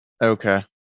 okay